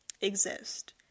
exist